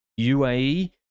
UAE